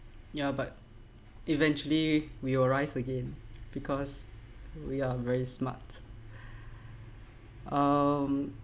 ya but eventually we will rise again because we are very smart um